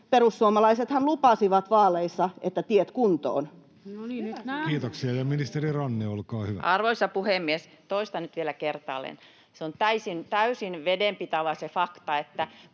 Perussuomalaisethan lupasivat vaaleissa, että tiet kuntoon. Kiitoksia. — Ministeri Ranne, olkaa hyvä. Arvoisa puhemies! Toistan nyt vielä kertaalleen: Se fakta on täysin vedenpitävä, että